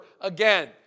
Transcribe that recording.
again